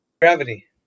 gravity